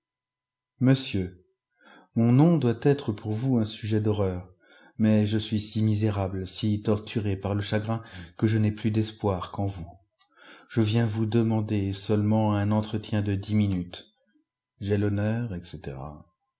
monsieur f mon nom doit être pour vous un sujet d'horreur mais je suis si misérable si torturé par le chagrin que je n'ai plus d'espoir qu'en vous i je viens vous jemancjer seulement un entretien de dix minutes j'ai l'honneur etc